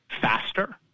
faster